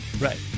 right